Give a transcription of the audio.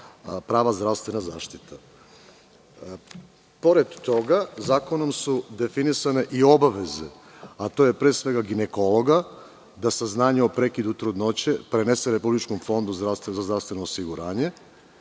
prava zdravstvena zaštita. Pored toga, zakonom su definisane i obaveze, a to je pre svega ginekologa, da saznanje o prekidu trudnoće prenese Republičkom fondu za zdravstveno osiguranje,